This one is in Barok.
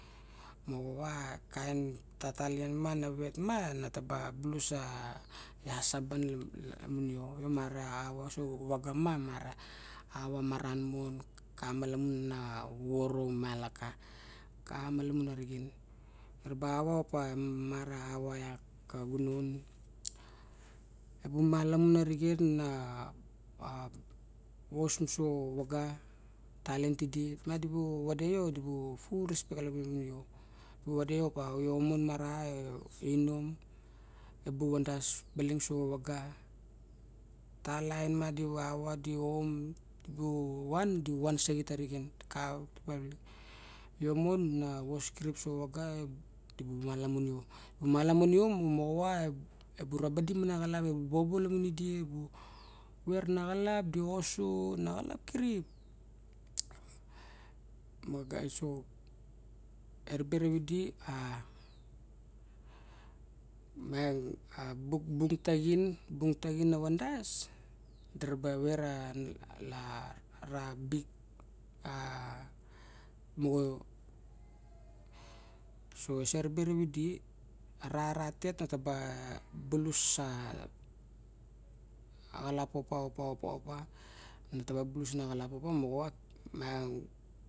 Ma vava kain tata lien ma nevet ma nataba bulus a easaban tamun ioi mara vos avaga ma ava maran mon kamalamun na voro mealaka kamalamun na rixen era ba opa mara auva iak ka gunon ebung mala bung narixen na vos muso vaga talent ti di op ma di vede io di tou fod respect lavunio di vede io opa io mon marae inom bung vadas balin souvaga ta lain madi vava di om dibu van di van saxit arixen io mon na vos kirip sovaga dibu malamun iio di mala mun io mo aba ebuba radik mara dik maxalap bobo lamun die ver na xalap di oso na xalap kirip ma gaiso ereve re vidi a menga a bung taxin bung taxin na vandas dira ve ra la ra bik a muxo suo sa ribera vidi a ra- ra tet na ta ba balus axalap opa- opa opa- opa na ta balus na xalap na opa mago a